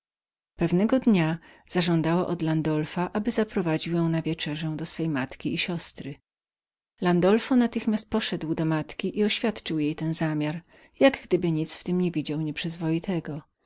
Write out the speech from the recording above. więc na landulfa aby każdego wieczora prowadził ją na wieczerzę do jego matki i siostry landulf natychmiast poszedł do matki i oświadczył jej ten zamiar jak gdyby nic w tem nie widział nieprzyzwoitego